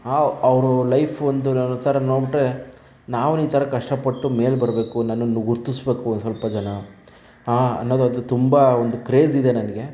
ಅವರ ಲೈಫ್ ಒಂದು ಥರ ನ ನೋಡಿಬಿಟ್ಟರೆ ನಾವೂನೂ ಈ ಥರ ಕಷ್ಟಪಟ್ಟು ಮೇಲೆ ಬರಬೇಕು ನನ್ನನ್ನು ಗುರುತಿಸಬೇಕು ಒಂದು ಸ್ವಲ್ಪ ಜನ ಅನ್ನೋದದು ತುಂಬ ಒಂದು ಕ್ರೇಜ್ ಇದೆ ನನಗೆ